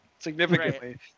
significantly